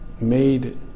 made